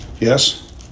Yes